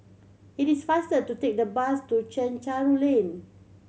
it is faster to take the bus to Chencharu Lane